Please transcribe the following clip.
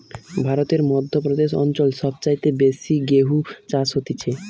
ভারতের মধ্য প্রদেশ অঞ্চল সব চাইতে বেশি গেহু চাষ হতিছে